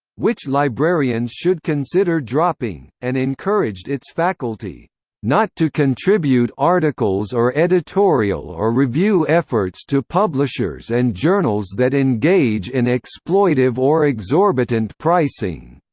which librarians should consider dropping, and encouraged its faculty not to contribute articles or editorial or review efforts to publishers and journals that engage in exploitive or exorbitant pricing.